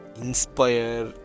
inspire